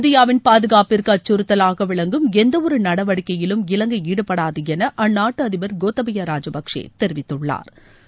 இந்தியாவின் பாதுகாப்பிற்கு அச்சுறுத்தவாக விளங்கும் எந்தவொரு நடவடிக்கையிலும் இலங்கை ஈடுபடாது என அந்நாட்டு அதிபர் கோத்தபயா ராஜபக்சே தெரிவித்துள்ளாா்